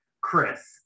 chris